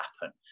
happen